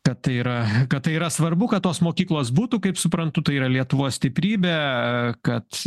kad tai yra kad tai yra svarbu kad tos mokyklos būtų kaip suprantu tai yra lietuvos stiprybė kad